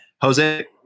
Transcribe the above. Jose